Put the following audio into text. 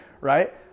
right